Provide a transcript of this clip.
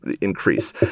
increase